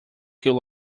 kill